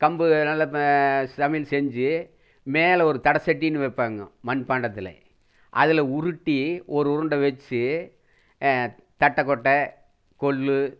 கம்பு நல்ல சமையல் செஞ்சு மேலே ஒரு தட சட்டினு வைப்பாங்க மண்பாண்டத்தில் அதில் உருட்டி ஒரு உருண்டை வெச்சு தட்டை கொட்டை கொள்